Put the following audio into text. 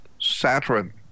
Saturn